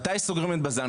מתי סוגרים את בז"ן?